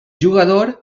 jugador